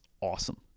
awesome